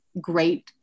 great